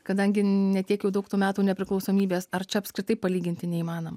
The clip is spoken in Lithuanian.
kadangi ne tiek jau daug tų metų nepriklausomybės ar čia apskritai palyginti neįmanoma